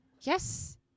Yes